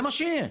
אני מודיע לכם,